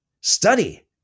study